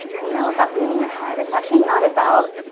you know, about being in your head. it's actually not about,